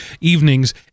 evenings